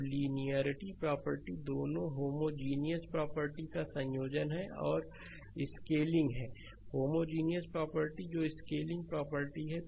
तो linearity property दोनों homogeneous property का संयोजन है जो आर स्केलिंग है होमोजेनििटी प्रॉपर्टी जो स्केलिंग और प्रॉपर्टी है